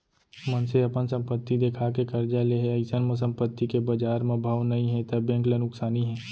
मनसे अपन संपत्ति देखा के करजा ले हे अइसन म संपत्ति के बजार म भाव नइ हे त बेंक ल नुकसानी हे